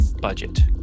budget